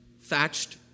thatched